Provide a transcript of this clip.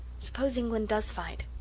suppose england does fight?